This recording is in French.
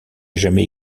jamais